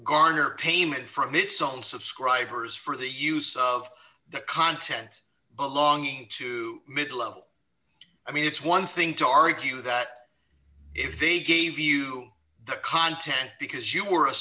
garner payment from its own subscribers for the use of the contents belonging to mid level i mean it's one thing to argue that if they gave you the content because you were a